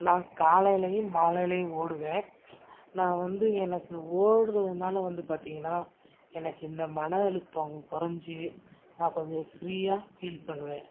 நான் காலையிலேயும் மாலையிலேயும் ஓடுவேன் நான் வந்து எனக்கு ஓடுறதுனால வந்து பார்த்திங்கன்னா எனக்கு இந்த மன அழுத்தம் கொறைஞ்சி நான் கொஞ்சம் ஃப்ரீயா ஃபீல் பண்ணுவேன்